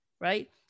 right